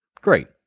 Great